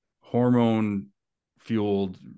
hormone-fueled